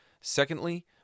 Secondly